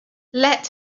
let